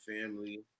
family